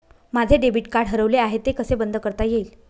माझे debit card हरवले आहे ते कसे बंद करता येईल?